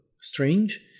strange